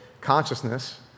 consciousness